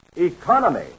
economy